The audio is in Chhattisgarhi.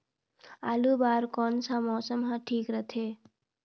आलू बार कौन सा मौसम ह ठीक रथे?